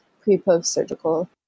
pre-post-surgical